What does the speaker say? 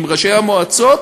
עם ראשי המועצות,